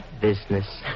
business